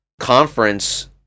conference